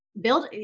build